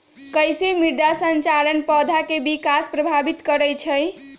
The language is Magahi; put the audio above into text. कईसे मृदा संरचना पौधा में विकास के प्रभावित करई छई?